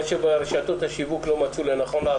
חוק המסגרת נותן סמכויות פיקוח רק במקרה שקבענו עבירות מינהליות.